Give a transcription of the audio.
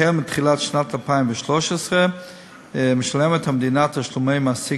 2. מתחילת שנת 2013 המדינה משלמת תשלומי מעסיק